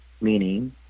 Meaning